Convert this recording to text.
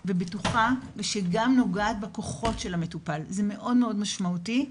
שגם נוגעת בכוחות של המטופל וזה מאוד-מאוד משמעותי.